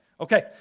Okay